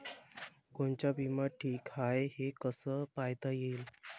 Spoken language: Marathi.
कोनचा बिमा ठीक हाय, हे कस पायता येईन?